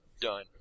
Done